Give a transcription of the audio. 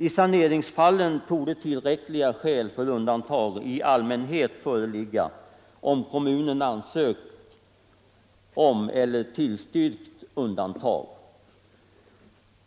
I saneringsfallen torde tillräckliga skäl för undantag i allmänhet föreligga om kommunen ansökt om eller tillstyrkt undantag.”